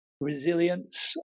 resilience